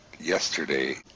yesterday